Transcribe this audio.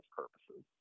purposes